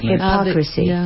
Hypocrisy